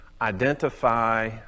identify